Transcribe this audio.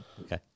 okay